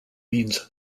means